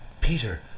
Peter